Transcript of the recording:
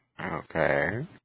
Okay